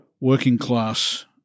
working-class